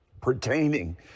pertaining